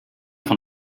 von